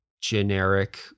generic